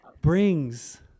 brings